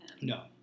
no